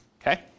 Okay